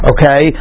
Okay